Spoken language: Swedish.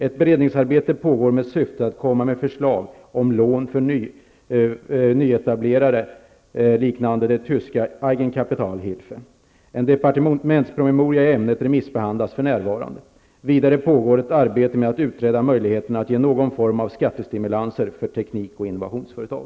Ett beredningsarbete pågår med syftet att komma med förslag om lån för nyetablerade liknande det tyska systemet Eigenkapitalhilfe. En departementspromemoria i ämnet remissbehandlas för närvarande. Vidare pågår ett arbete med att utreda möjligheterna att ge någon form av skattestimulanser för teknik och innovationsföretag.